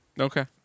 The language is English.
Okay